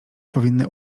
powinny